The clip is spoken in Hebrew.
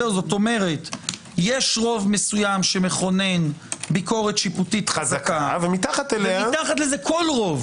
יש רוב מסוים שמכונן ביקורת שיפוטית חזקה ומתחת לזה כל רוב